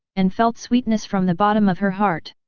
and felt sweetness from the bottom of her heart.